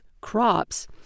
crops